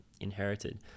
inherited